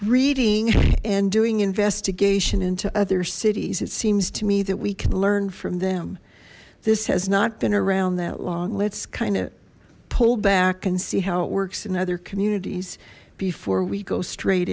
reading and doing investigation into other cities it seems to me that we can learn from them this has not been around that long let's kind of pull back and see how it works in other communities before we go straight